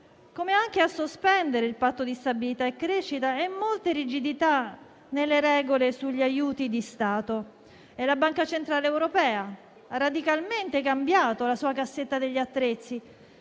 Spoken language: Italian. come anche a sospendere il Patto di stabilità e crescita e molte rigidità nelle regole sugli aiuti di Stato. La Banca centrale europea ha radicalmente cambiato la sua cassetta degli attrezzi,